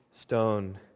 stone